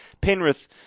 Penrith